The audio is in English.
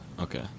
Okay